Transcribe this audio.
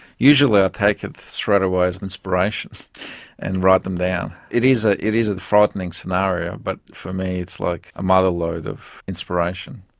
usually i take it straight away as an inspiration and write them down. it is ah it is a frightening scenario but for me it's like a mother lode of inspiration.